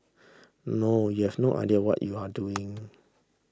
no you have no idea what you are doing